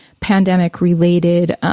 pandemic-related